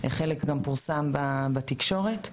חלק גם פורסם בתקשורת.